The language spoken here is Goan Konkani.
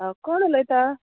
कोण उलयता